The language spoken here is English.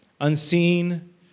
unseen